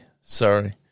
Sorry